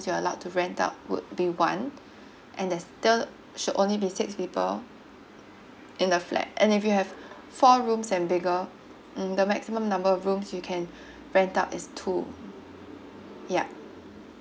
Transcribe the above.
you allowed to rent out would be one and there's still should only be six people in the flat and if you have four rooms and bigger mm the maximum number of rooms you can rent out is two yup